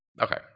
Okay